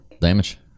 Damage